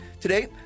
Today